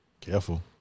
Careful